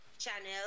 channel